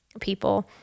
people